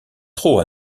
trop